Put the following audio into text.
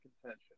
contention